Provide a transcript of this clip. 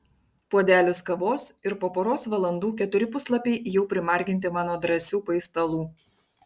puodelis kavos ir po poros valandų keturi puslapiai jau primarginti mano drąsių paistalų